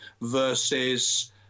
versus